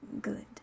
good